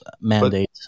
mandate